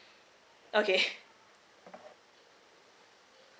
okay